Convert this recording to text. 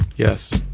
yes.